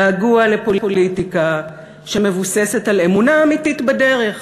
געגוע לפוליטיקה שמבוססת על אמונה אמיתית בדרך,